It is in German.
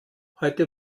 heute